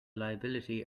liability